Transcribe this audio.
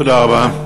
תודה רבה.